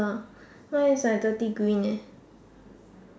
uh it's like dirty green eh